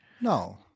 No